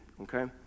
okay